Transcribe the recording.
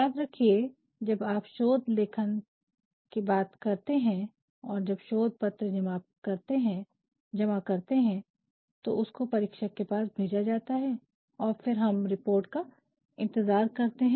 याद रखिए जब आप शोध लेखन की बात करते हैं और जब शोध पत्र जमा करते हैं तो उसको परीक्षक के पास भेजा जाता है और फिर हम रिपोर्ट का इंतजार करते हैं